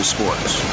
Sports